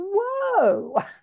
whoa